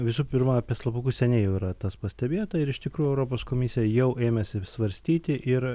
visų pirma apie slapukus seniai jau yra tas pastebėta ir iš tikrųjų europos komisija jau ėmėsi svarstyti ir